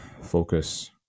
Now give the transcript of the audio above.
focus